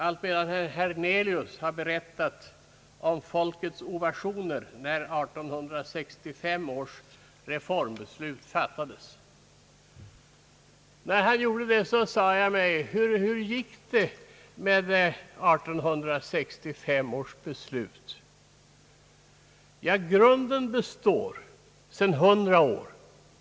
Allt medan herr Hernelius har berättat om folkets ovationer när 1865 års reformbeslut fattades. När han gjorde det så sade jag mig: Hur gick det egentligen med 1865 års beslut? Ja, grunden består sedan 100 år.